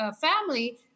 family